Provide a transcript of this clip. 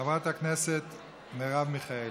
חברת הכנסת מרב מיכאלי.